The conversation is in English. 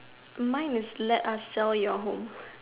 mine is let us sell your home